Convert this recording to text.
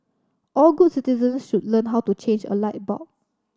all good citizens should learn how to change a light bulb